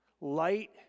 Light